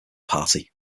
party